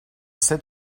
sept